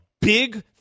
big